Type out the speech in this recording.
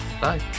Bye